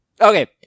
Okay